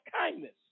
kindness